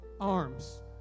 arms